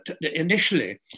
initially